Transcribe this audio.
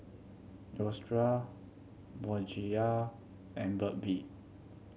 Neostrata Bonjela and Burt Bee